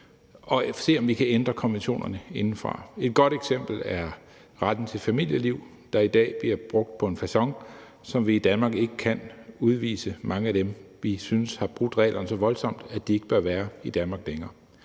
og se på, om vi kan ændre konventionerne indefra. Et godt eksempel er det med retten til familieliv, der i dag bliver brugt på en facon, så vi i Danmark ikke kan udvise mange af dem, vi synes har brudt reglerne så voldsomt, at de ikke bør være i Danmark længere.